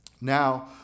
Now